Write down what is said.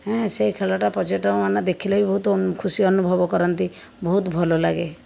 ହେଁ ସେହି ଖେଳଟା ପର୍ଯ୍ୟଟକମାନେ ଦେଖିଲେ ବି ବହୁତ ଖୁସି ଅନୁଭବ କରନ୍ତି ବହୁତ ଭଲ ଲାଗେ